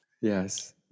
Yes